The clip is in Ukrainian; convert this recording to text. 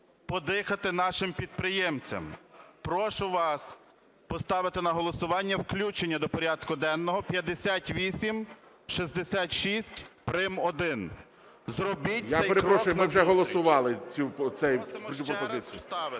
подихати нашим підприємцям. Прошу вас поставити на голосування включення до порядку денного 5866 прим.1, зробіть цей крок назустріч.